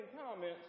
comments